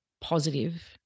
positive